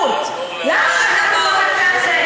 למה שאנחנו לא נעשה אחרת?